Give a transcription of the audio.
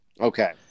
Okay